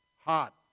hot